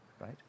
right